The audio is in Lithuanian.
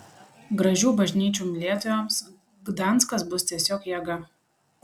gražių bažnyčių mylėtojams gdanskas bus tiesiog jėga